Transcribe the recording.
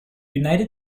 united